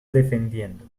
defendiendo